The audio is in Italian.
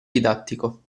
didattico